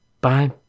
Bye